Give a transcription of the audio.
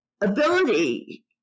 ability